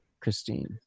Christine